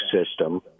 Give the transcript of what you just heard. system